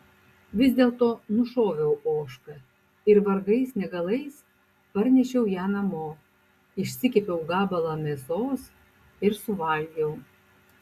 vis dėlto nušoviau ožką ir vargais negalais parnešiau ją namo išsikepiau gabalą mėsos ir suvalgiau